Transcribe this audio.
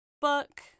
book